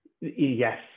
Yes